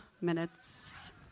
minutes